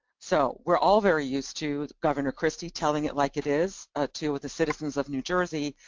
so, we're all very used to governor christie telling it like it is ah to, with the citizens of new jersey,